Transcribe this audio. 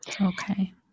Okay